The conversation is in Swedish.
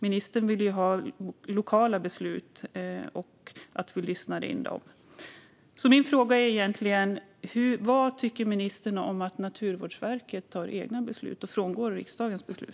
Ministern vill ju ha lokalt fattade beslut. Min fråga är egentligen: Vad tycker ministern om att Naturvårdsverket tar egna beslut och frångår riksdagens beslut?